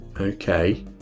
okay